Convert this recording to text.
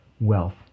wealth